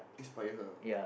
inspire her